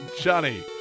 Johnny